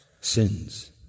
sins